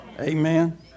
Amen